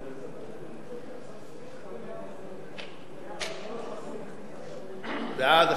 חברי הכנסת מוחמד ברכה,